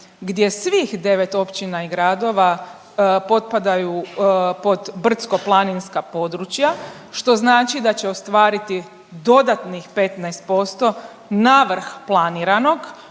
gdje svih 9 općina i gradova potpadaju pod brdsko-planinska područja, što znači da će ostvariti dodatnih 15% navrh planiranog,